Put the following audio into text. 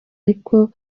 ariko